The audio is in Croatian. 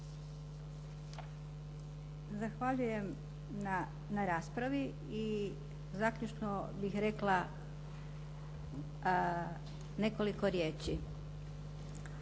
Zahvaljujem na raspravi. I zaključno bih rekla nekoliko riječi.